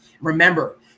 Remember